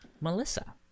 melissa